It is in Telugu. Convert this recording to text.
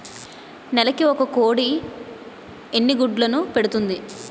నెలకి ఒక కోడి ఎన్ని గుడ్లను పెడుతుంది?